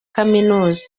kaminuza